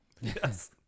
Yes